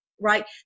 right